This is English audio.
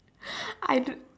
I don't